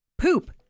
Poop